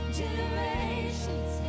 generations